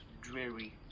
dreary